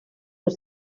els